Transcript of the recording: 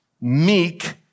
meek